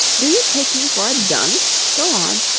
do you take me for a dunce? go on